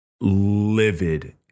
livid